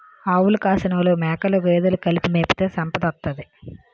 ఆవులు కాసినోలు మేకలు గేదెలు కలిపి మేపితే సంపదోత్తది